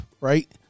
right